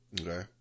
Okay